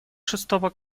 шестого